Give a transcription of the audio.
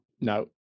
No